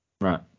Right